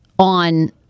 on